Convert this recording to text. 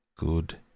Good